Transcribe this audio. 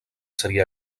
seria